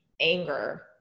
anger